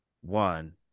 one